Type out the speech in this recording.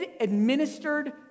administered